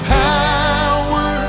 power